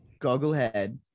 gogglehead